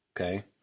Okay